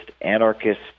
anarchist